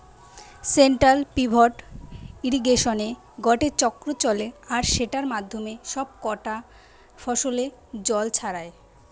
central pivot ইর্রিগেশনে গটে চক্র চলে আর সেটার মাধ্যমে সব কটা ফসলে জল ছড়ায়